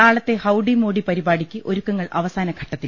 നാളത്തെ ഹൌഡി മോഡി പരിപാടിക്ക് ഒരുക്കങ്ങൾ അവസാനം ഘട്ടത്തിൽ